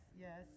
Yes